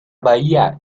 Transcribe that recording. bahía